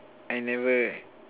I never